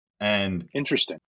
Interesting